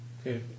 Okay